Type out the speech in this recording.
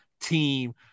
team